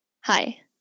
Hi